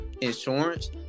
insurance